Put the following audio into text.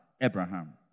Abraham